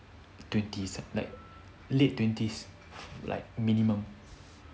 twenties like late twenties like minimum